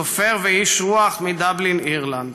סופר ואיש רוח מדבלין באירלנד.